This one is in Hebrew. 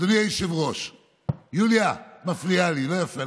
אדוני היושב-ראש, יוליה, את מפריעה לי, לא יפה.